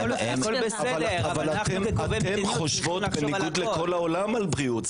אבל אתן חושבות בניגוד לכל העולם על בריאות.